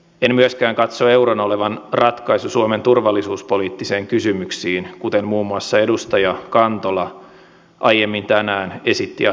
en myöskään katso euron olevan ratkaisu suomen turvallisuuspoliittisiin kysymyksiin kuten muun muassa edustaja kantola aiemmin tänään esitti asian olevan